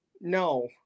No